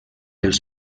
els